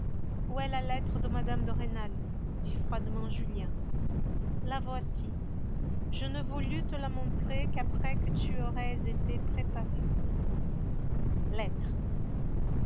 où est la lettre de mme de rênal dit froidement julien la voici je n'ai voulu te la montrer qu'après que tu aurais été préparé lettre